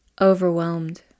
Overwhelmed